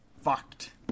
fucked